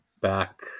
back